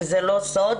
וזה לא סוד,